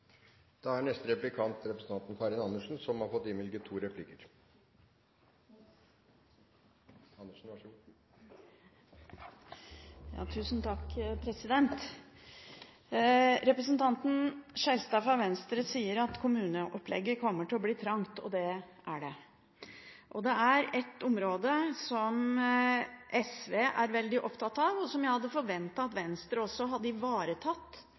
Representanten Skjelstad fra Venstre sier at kommuneopplegget kommer til å bli trangt, og det blir det. Det er et område som SV er veldig opptatt av, og som jeg hadde forventet at Venstre også hadde ivaretatt